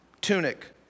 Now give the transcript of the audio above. tunic